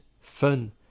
fun